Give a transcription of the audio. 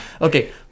Okay